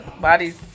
bodies